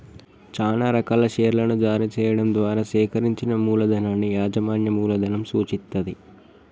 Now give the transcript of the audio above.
చానా రకాల షేర్లను జారీ చెయ్యడం ద్వారా సేకరించిన మూలధనాన్ని యాజమాన్య మూలధనం సూచిత్తది